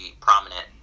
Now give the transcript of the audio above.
prominent